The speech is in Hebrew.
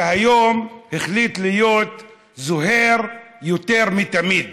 שהיום החליט להיות זוהר יותר מתמיד.